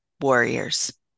Warriors